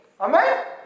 Amen